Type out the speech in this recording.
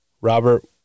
Robert